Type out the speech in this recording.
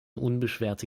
unbeschwerte